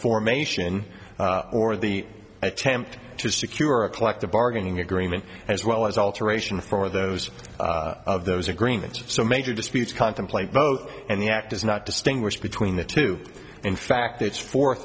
formation or the attempt to secure a collective bargaining agreement as well as alteration for those of those agreements so major disputes contemplate both and the act does not distinguish between the two in fact it's fo